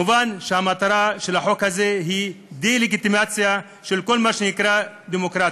מובן שהמטרה של החוק הזה היא דה-לגיטימציה של כל מה שנקרא דמוקרטיה.